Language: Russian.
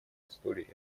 истории